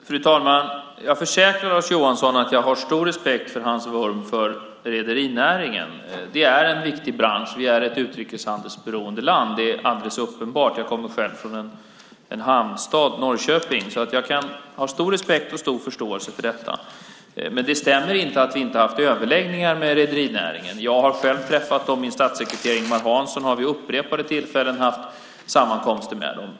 Fru talman! Jag försäkrar Lars Johansson att jag har stor respekt för hans vurm för rederinäringen. Det är en viktig bransch. Vi är ett utrikeshandelsberoende land. Det är alldeles uppenbart. Jag kommer själv från en hamnstad, Norrköping, så jag kan ha stor respekt och stor förståelse för detta. Det stämmer inte att vi inte har haft överläggningar med rederinäringen. Jag har själv träffat dem. Min statssekreterare Ingemar Hansson har vid upprepade tillfällen haft sammankomster med dem.